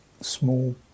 small